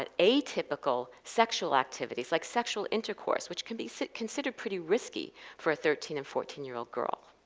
ah atypical, sexual activities, like sexual intercourse, which can be considered pretty risky for a thirteen and fourteen year old girl.